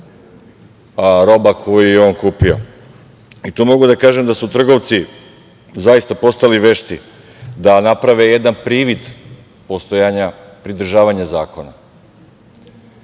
roba koju je on kupio. Mogu da kažem da su trgovci zaista postali vešti da naprave jedan privid pridržavanja zakona.